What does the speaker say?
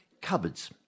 Cupboards